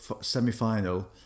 semi-final